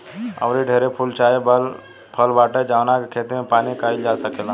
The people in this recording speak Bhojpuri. आऊरी ढेरे फूल चाहे फल बाटे जावना के खेती पानी में काईल जा सकेला